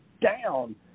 down